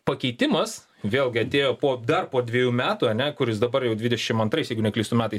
pakeitimas vėlgi atėjo po dar po dvejų metų ane kuris dabar jau dvidešim antrais jeigu neklystu metais